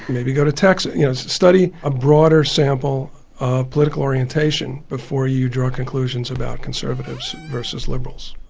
maybe go to texas, you know study a broader sample of political orientation before you draw conclusions about conservatives versus liberals.